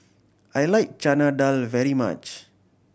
I like Chana Dal very much